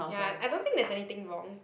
ya I don't think there is anything wrong